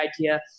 idea